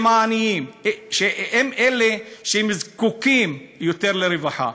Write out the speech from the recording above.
אלה הם העניים, הם אלה שזקוקים יותר לרווחה.